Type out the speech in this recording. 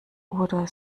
oder